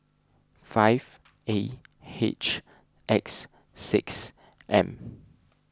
five A H X six M